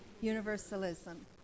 Universalism